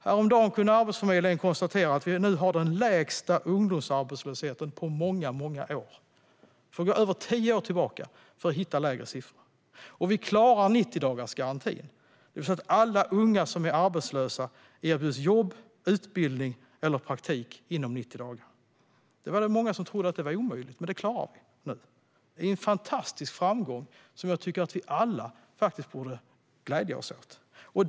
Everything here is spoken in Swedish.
Häromdagen kunde Arbetsförmedlingen konstatera att vi nu har den lägsta ungdomsarbetslösheten på många, många år. Vi får gå över tio år tillbaka för att hitta lägre siffror. Och vi klarar 90-dagarsgarantin, det vill säga att alla unga som är arbetslösa erbjuds jobb, utbildning eller praktik inom 90 dagar. Det trodde många var omöjligt, men det klarar vi nu. Det är en fantastisk framgång som jag tycker att vi alla borde glädja oss åt.